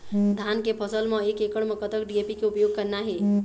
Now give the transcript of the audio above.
धान के फसल म एक एकड़ म कतक डी.ए.पी के उपयोग करना हे?